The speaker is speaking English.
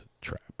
trap